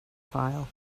file